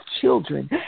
children